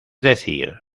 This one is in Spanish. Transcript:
decir